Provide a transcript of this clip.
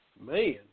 man